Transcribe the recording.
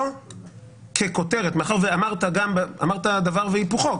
אמרת דבר והיפוכו,